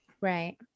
right